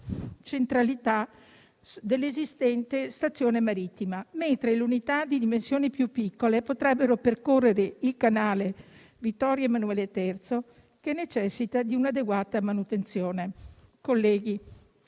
centralità dell'esistente stazione marittima, mentre le unità di dimensioni più piccole potrebbero percorrere il canale Vittorio Emanuele III, che necessita di un'adeguata manutenzione. Colleghi,